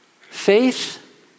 Faith